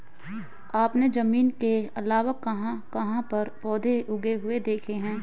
आपने जमीन के अलावा कहाँ कहाँ पर पौधे उगे हुए देखे हैं?